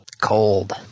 cold